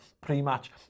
pre-match